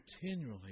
continually